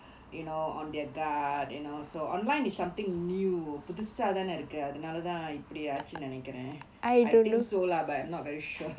you know on their guard you know so online is something new too புதுசா தான இருக்கு அதுனால தா இப்படி நினைக்கிறே:puthusaa thaana irukku athunaala thaa ippadi ninaikiraen you can eh I think so lah but I'm not very sure